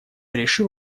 решил